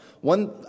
One